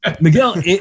Miguel